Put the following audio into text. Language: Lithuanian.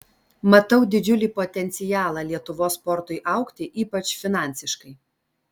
matau didžiulį potencialą lietuvos sportui augti ypač finansiškai